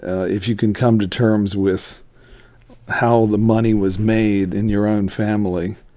if you can come to terms with how the money was made in your own family